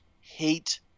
hate